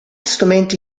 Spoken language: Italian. strumenti